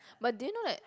but do you know that